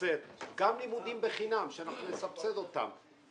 גם לימודים בחינם שאנחנו נסבסד אותם.